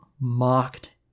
mocked